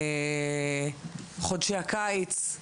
חודשי הקיץ,